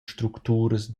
structuras